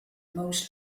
most